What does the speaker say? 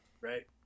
right